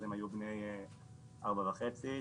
אז הם היו בני ארבע וחצי,